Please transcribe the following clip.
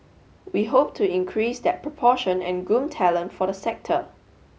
we hope to increase that proportion and groom talent for the sector